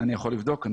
אני יכול לבדוק.